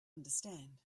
understand